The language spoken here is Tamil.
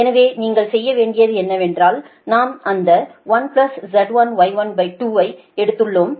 எனவே நீங்கள் செய்ய வேண்டியது என்னவென்றால் நாம் அந்த 1Z1Y12 ஐ எடுத்துள்ளோம்